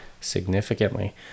significantly